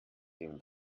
dem